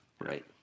right